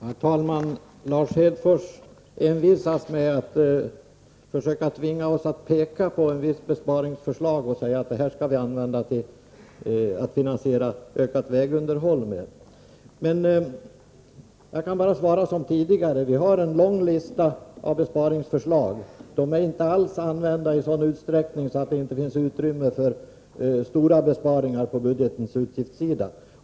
Herr talman! Lars Hedfors envisas med att försöka tvinga oss att peka på ett visst besparingsförslag och säga att det här skall vi använda till att finansiera ökat vägunderhåll med. Jag kan bara svara som tidigare: Vi har en lång lista över besparingsförslag. De är inte alls använda i sådan utsträckning att det inte finns utrymme för stora besparingar på budgetens utgiftssida.